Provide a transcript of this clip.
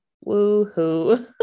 Woo-hoo